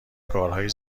کارهای